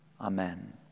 Amen